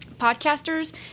podcasters